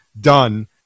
done